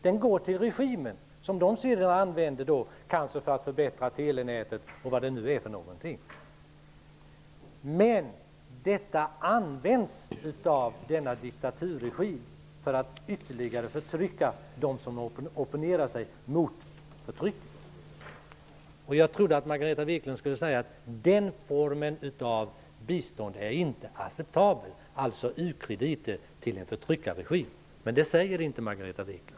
Den går till regimen som kanske använder den för att förbättra telenäten. Detta används av denna diktaturregim för att ytterligare förtrycka de som opponerar sig mot förtrycket. Jag trodde att Margareta Viklund skulle säga att den formen av bistånd, alltså ukrediter till en förtryckarregim, inte är acceptabel. Men det säger inte Margareta Viklund.